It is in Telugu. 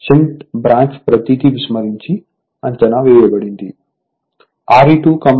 షంట్ బ్రాంచ్ ప్రతీది విస్మరించి అంచనా వేయబడింది